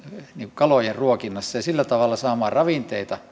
kalojen ruokinnassa ja sillä tavalla saamaan ravinteita